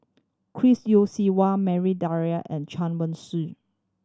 Chris Yeo Siew Hua Maria Dyer and Chen Wen Hsi